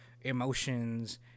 emotions